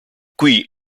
qui